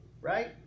right